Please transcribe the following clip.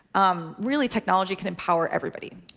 um really, technology can empower everybody.